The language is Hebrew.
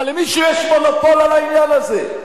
מה, למישהו יש מונופול על העניין הזה?